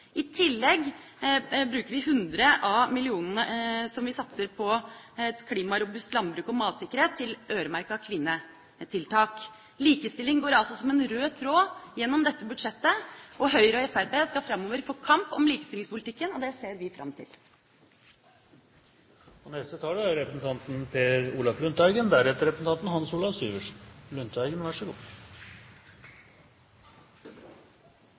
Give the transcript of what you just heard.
I tillegg bruker vi 100 av de millionene som vi satser på et klimarobust landbruk og matsikkerhet, til øremerkede kvinnetiltak. Likestilling går altså som en rød tråd gjennom dette budsjettet. Høyre og Fremskrittspartiet skal framover få kamp om likestillingspolitikken, og det ser vi fram til.